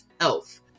Health